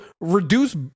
reduce